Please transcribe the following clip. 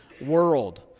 world